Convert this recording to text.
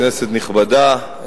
כנסת נכבדה,